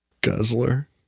guzzler